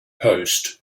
post